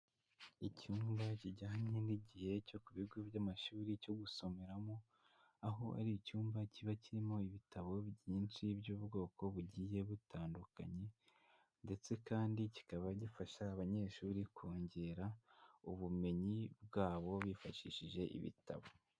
Icyumba kijyanye n'igihe cyo ku bigo by'amashuri cyo gusomeramo, aho ari icyumba kiba kirimo ibitabo byinshi by'ubwoko bugiye butandukanye ndetse kandi kikaba gifasha abanyeshuri kongera ubumenyi bwabo bifashishije ibitabo.